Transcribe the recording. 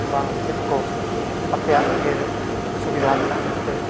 ᱵᱟᱝ ᱪᱮᱫ ᱠᱚ ᱟᱯᱮᱭᱟᱜ ᱤᱭᱟᱹ ᱨᱮ ᱥᱩᱵᱤᱫᱷᱟ ᱢᱮᱱᱟᱜᱼᱟ ᱢᱮᱱᱛᱮ